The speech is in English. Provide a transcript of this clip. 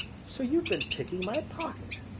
so you've been picking my pocket!